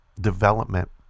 development